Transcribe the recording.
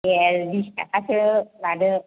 दे बिसथाखासो लादो